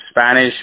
Spanish